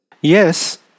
yes